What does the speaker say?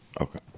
Okay